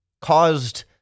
caused